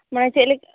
ᱢᱟᱱᱮ ᱪᱮᱫᱞᱮᱠᱟ